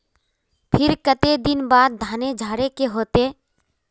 फिर केते दिन बाद धानेर झाड़े के होते?